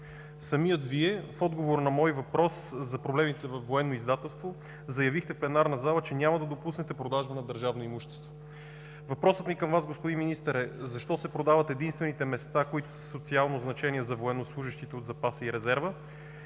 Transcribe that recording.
Вие, в отговор на мой въпрос за проблемите във Военно издателство, заявихте в пленарната зала, че няма да допуснете продажба на държавно имущество. Въпросът ми към Вас, господин Министър, е: защо се продават единствените места, които са със социално значение за военнослужещите от запаса и резерва?